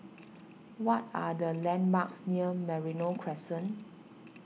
what are the landmarks near Merino Crescent